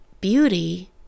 beauty